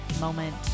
moment